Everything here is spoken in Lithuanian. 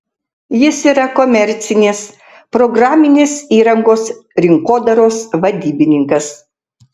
jis yra komercinės programinės įrangos rinkodaros vadybininkas